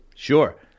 Sure